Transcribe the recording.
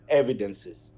evidences